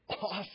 Awesome